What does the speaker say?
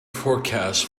forecast